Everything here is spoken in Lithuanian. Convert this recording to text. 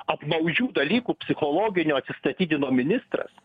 apmaudžių dalykų psichologinio atsistatydino ministras